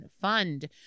Fund